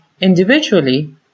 Individually